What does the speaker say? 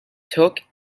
took